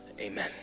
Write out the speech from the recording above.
Amen